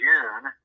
June